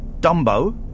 Dumbo